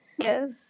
Yes